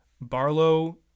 Barlow